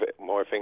morphing